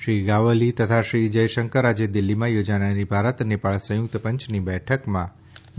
શ્રી ગ્વાવલી તથા શ્રી જયશંકર આજે દિલ્હીમાં યોજાનારી ભારત નેપાળ સંયુક્ત પંચની બેઠકમાં ભાગ લેશે